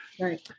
Right